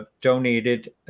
donated